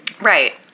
Right